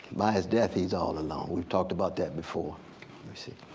by his death he's all alone. we've talked about that before you see.